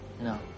No